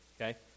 okay